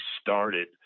started